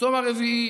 צום הרביעי